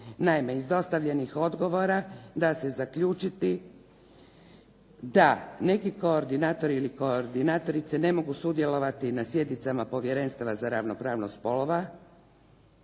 Naime, iz dostavljenih odgovora da se zaključiti da neki koordinatori ili koordinatorice ne mogu sudjelovati na sjednicama Povjerenstva za ravnopravnost spolova,